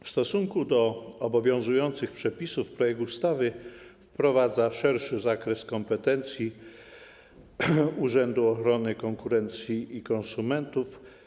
W stosunku do obowiązujących przepisów projekt ustawy wprowadza szerszy zakres kompetencji Urzędu Ochrony Konkurencji i Konsumentów.